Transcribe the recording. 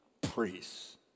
priests